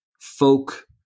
folk